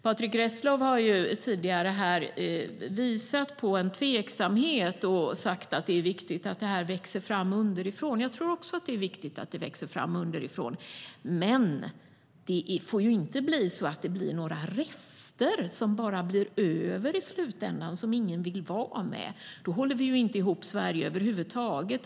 Patrick Reslow har tidigare här visat på en tveksamhet och sagt att det är viktigt att detta växer fram underifrån. Det tror jag också, men det får ju inte bli några rester över i slutändan som ingen vill vara med. Då håller vi inte ihop Sverige över huvud taget.